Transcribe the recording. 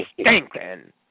stinking